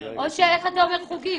או איך אתה אומר חוגים?